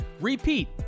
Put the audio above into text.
repeat